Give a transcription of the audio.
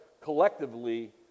collectively